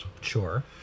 Sure